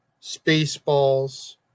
Spaceballs